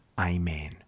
Amen